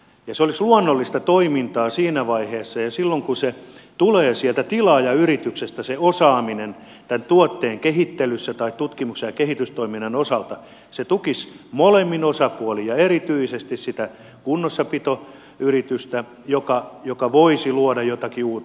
se olisi luonnollista toimintaa siinä vaiheessa ja silloin kun tilaajayrityksestä tulee se osaaminen tämän tuotteen kehittelyssä tai tutkimus ja kehitystoiminnan osalta se tukisi molempia osapuolia erityisesti sitä kunnossapitoyritystä joka voisi luoda jotakin uutta